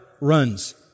runs